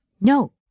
no